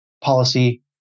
policy